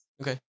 Okay